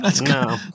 no